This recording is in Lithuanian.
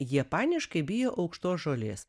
jie paniškai bijo aukštos žolės